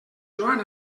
joan